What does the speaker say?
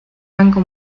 banco